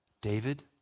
David